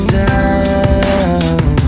down